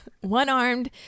One-armed